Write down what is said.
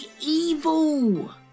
evil